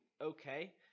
okay